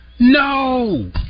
No